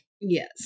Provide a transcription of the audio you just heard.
yes